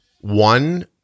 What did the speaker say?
One